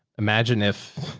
imagine if,